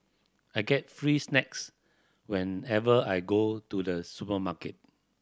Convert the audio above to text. I get free snacks whenever I go to the supermarket